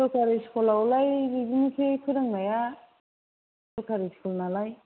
सरखारि स्कुलावलाय बेनोसै फोरोंनाया सरखारि स्कुल नालाय